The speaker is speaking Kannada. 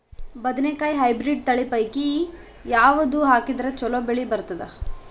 ಬದನೆಕಾಯಿ ಹೈಬ್ರಿಡ್ ತಳಿ ಪೈಕಿ ಯಾವದು ಹಾಕಿದರ ಚಲೋ ಬೆಳಿ ಬರತದ?